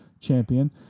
champion